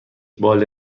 باله